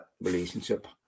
relationship